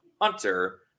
Hunter